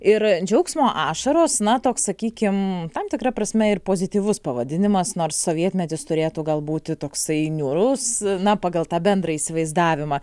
ir džiaugsmo ašaros na toks sakykim tam tikra prasme ir pozityvus pavadinimas nors sovietmetis turėtų galbūt toksai niūrus na pagal tą bendrą įsivaizdavimą